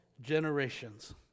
generations